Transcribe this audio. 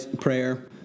prayer